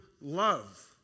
love